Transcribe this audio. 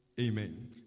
Amen